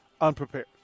unprepared